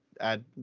add